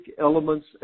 elements